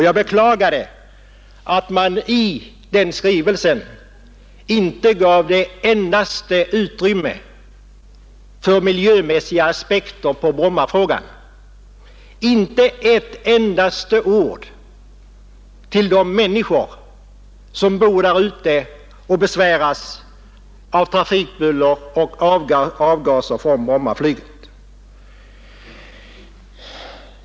Jag beklagade att man i den skrivelsen inte gav något utrymme för miljömässiga aspekter på Brommafrågan, inte ett enda ord till de människor som bor där ute och besväras av trafikbuller och avgaser från Brommaflyget.